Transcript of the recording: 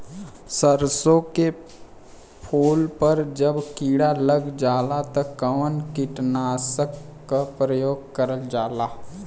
सरसो के फूल पर जब किड़ा लग जाला त कवन कीटनाशक क प्रयोग करल जाला?